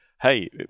hey